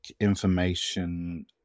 information